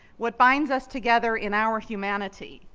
what binds us together in our humanity,